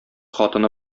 хатыны